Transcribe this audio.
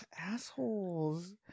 assholes